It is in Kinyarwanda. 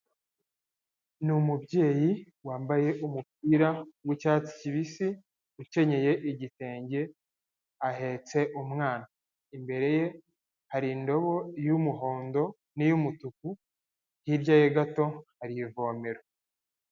Ni umubyeyi, wambaye umupira, w'icyatsi kibisi, ukenyeye igitenge, ahetse umwana. Imbere ye hari indobo y'umuhondo n'iy'umutuku, hirya ye gato, hari ivomero.